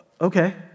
Okay